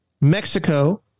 Mexico